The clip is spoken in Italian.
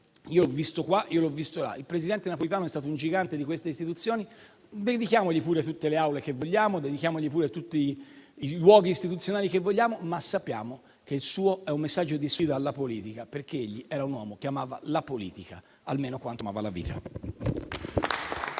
in un'occasione o in un'altra. Il presidente Napolitano è stato un gigante di queste istituzioni; dedichiamoli pure tutte le aule e i luoghi istituzionali che vogliamo, ma sappiamo che il suo è un messaggio di sfida alla politica, perché egli era un uomo che amava la politica almeno quanto amava la vita.